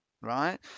right